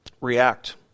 react